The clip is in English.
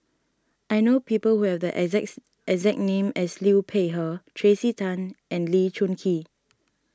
I know people who have the exact exact name as Liu Peihe Tracey Tan and Lee Choon Kee